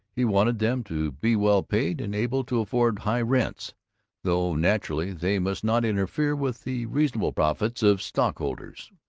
he wanted them to be well paid, and able to afford high rents though, naturally, they must not interfere with the reasonable profits of stockholders.